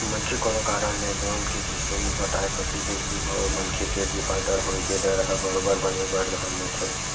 मनखे कोनो कारन ले लोन के किस्ती नइ पटाय सकिस अइसन म ओ मनखे के डिफाल्टर होय के डर ह बरोबर बने बर धर लेथे